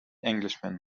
englishman